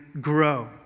grow